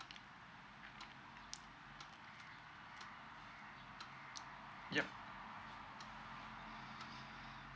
yup